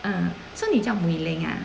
mm so 你叫 Wei Ling ah